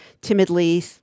timidly